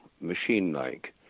machine-like